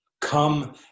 Come